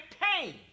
pain